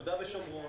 יהודה ושומרון